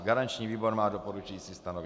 Garanční výbor má doporučující stanovisko.